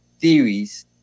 theories